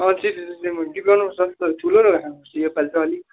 अब चिल्ड्रेन्स डेमा गीत गाउनुपर्छ ठुलो योपालि त अलिक